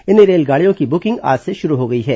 इन रेलगाडियों की बुकिंग आज से शुरू हो गई हैं